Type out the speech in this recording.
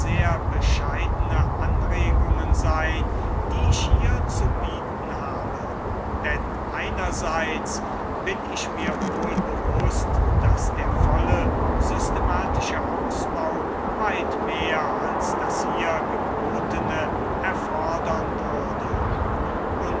bescheidene anregungen sein die ich hier zu bieten habe denn einerseits bin ich mir wohl bewußt daß der volle systematische ausbau weit mehr als das hier gebotene erfordern würde